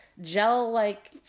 gel-like